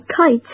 kites